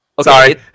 sorry